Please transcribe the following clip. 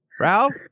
Ralph